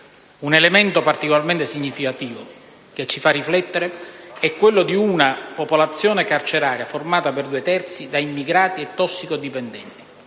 Un elemento particolarmente significativo che ci fa riflettere è quello di una popolazione carceraria formata per due terzi da immigrati e tossicodipendenti;